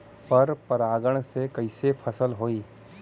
पर परागण से कईसे फसल होई?